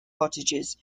cottages